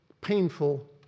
painful